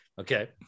okay